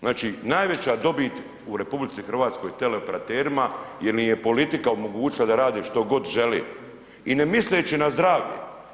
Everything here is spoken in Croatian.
Znači, najveća dobit u RH teleoperaterima jel im je politika omogućila da rade što god žele i ne misleći na zdravlje.